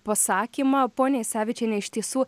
pasakymą ponia jasevičiene iš tiesų